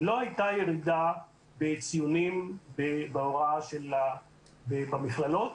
לא הייתה ירידה בציונים בהוראה במכללות,